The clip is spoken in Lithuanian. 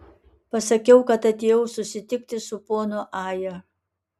pasakiau kad atėjau susitikti su ponu aja